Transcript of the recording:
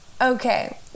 Okay